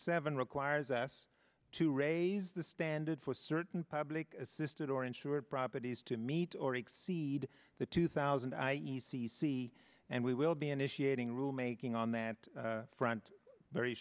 seven requires us to raise the standard for certain public assisted or insured properties to meet or exceed the two thousand i e c c and we will be initiating rulemaking on that front very